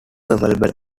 available